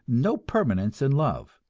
no permanence in love,